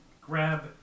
grab